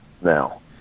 now